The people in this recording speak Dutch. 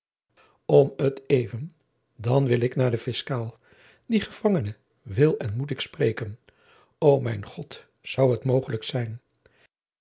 om t even dan wil ik naar den fiscaal dien gevangene wil en moet ik spreken o mijn god zou het mogelijk zijn